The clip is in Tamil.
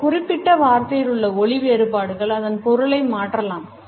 ஒரு குறிப்பிட்ட வார்த்தையிலுள்ள ஒலி வேறுபாடுகள் அதன் பொருளை மாற்றலாம்